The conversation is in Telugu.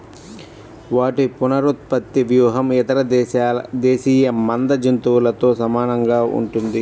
వాటి పునరుత్పత్తి వ్యూహం ఇతర దేశీయ మంద జంతువులతో సమానంగా ఉంటుంది